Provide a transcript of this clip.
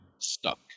Stuck